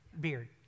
Beard